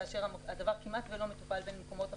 כאשר הדבר כמעט ולא מטופל במקומות אחרים.